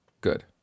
Good